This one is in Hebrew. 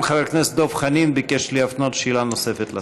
גם חבר הכנסת דב חנין ביקש להפנות שאלה נוספת לשר.